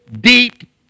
deep